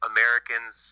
Americans